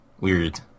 weird